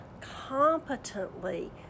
competently